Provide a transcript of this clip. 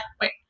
wait